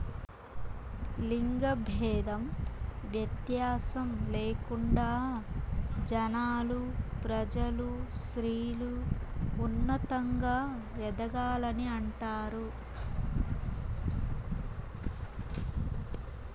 లింగ భేదం వ్యత్యాసం లేకుండా జనాలు ప్రజలు స్త్రీలు ఉన్నతంగా ఎదగాలని అంటారు